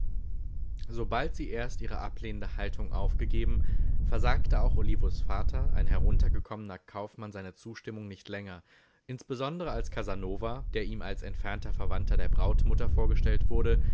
sobald sie erst ihre ablehnende haltung aufgegeben versagte auch olivos vater ein heruntergekommener kaufmann seine zustimmung nicht länger insbesondere als casanova der ihm als entfernter verwandter der brautmutter vorgestellt wurde